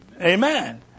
Amen